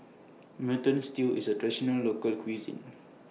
Mutton Stew IS A Traditional Local Cuisine